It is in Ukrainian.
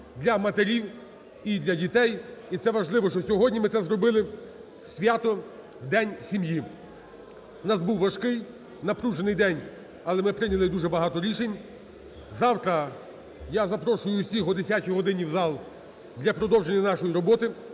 для матерів і для дітей. І це важливо, що сьогодні ми це зробили в свято День сім'ї. У нас був важкий, напружений день, але ми прийняли дуже багато рішень. Завтра я запрошую всіх о 10 годині в зал для продовження нашої роботи.